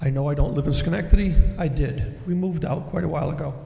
i know i don't live in schenectady i did we moved out quite a while ago